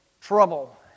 trouble